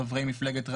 חברי מפלגת רע"מ,